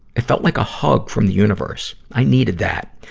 it felt like a hug from the universe. i needed that.